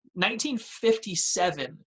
1957